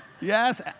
yes